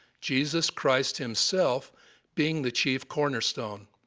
jesus christ himself being the chief corner stone.